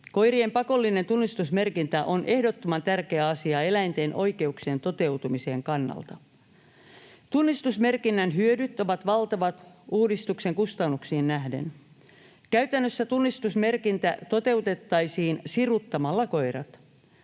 Koirien pakollinen tunnistusmerkintä on ehdottoman tärkeä asia eläinten oikeuksien toteutumisen kannalta. Tunnistusmerkinnän hyödyt ovat valtavat uudistuksen kustannuksiin nähden. Käytännössä tunnistusmerkintä toteutettaisiin siruttamalla koirat.